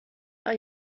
are